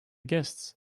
guests